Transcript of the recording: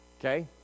okay